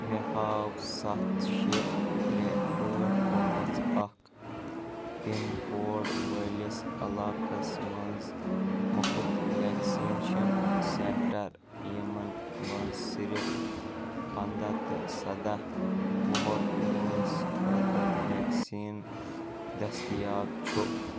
مےٚ ہاو سَتھ شےٚ ترٛےٚ ٲٹھ پانٛژھ اَکھ پِن کوڈ وٲلِس علاقس مَنٛز مُفط وٮ۪کسیٖنشَن سٮ۪نٛٹَر یِمَن منٛز صِرف پنٛداہ تہٕ سَداہ وُہَر وٲنٛسہِ خٲطرٕ وٮ۪کسیٖن دٔستِیاب چھُ